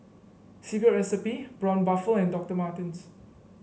Secret Recipe Braun Buffel and Doctor Martens